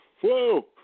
whoa